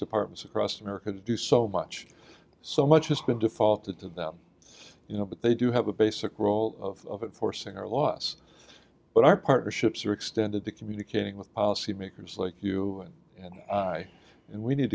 departments across america to do so much so much has been defaulted to them you know but they do have a basic role of forcing our laws but our partnerships are extended to communicating with policymakers like you and i and we need